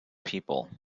people